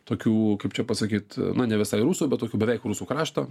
tokių kaip čia pasakyt na ne visai rusų bet tokių beveik rusų krašto